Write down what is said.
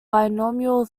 binomial